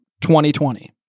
2020